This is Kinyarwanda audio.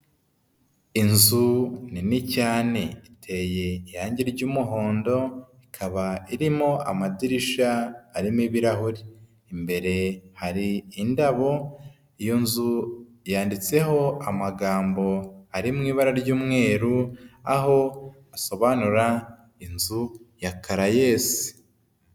Inzu nini cyane iteye irangi ry'umuhondo, ikaba irimo amadirisha arimo ibirahure, imbere hari indabo iyo nzu yanditseho amagambo ari mu ibara ry'umweru aho asobanura inzu karayeze.